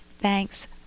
Thanks